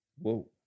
Whoa